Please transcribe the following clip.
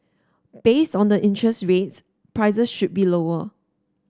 based on the interest rates prices should be lower